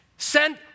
Send